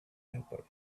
helper